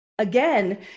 Again